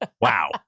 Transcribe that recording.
wow